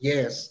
Yes